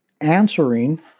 answering